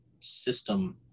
system